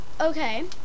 Okay